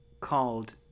called